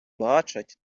бачать